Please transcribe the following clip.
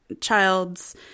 Child's